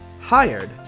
Hired